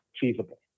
feasible